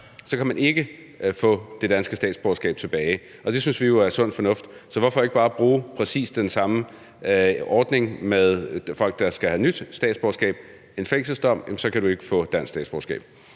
så kan man ikke få det danske statsborgerskab tilbage, og det synes vi jo er sund fornuft. Så hvorfor ikke bare bruge præcis den samme ordning i forbindelse med folk, der skal have nyt statsborgerskab, altså så du, hvis du har fået en fængselsdom,